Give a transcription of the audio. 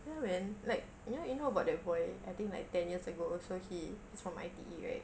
ya man like you know you know about that boy I think like ten years ago he he's from I_T_E right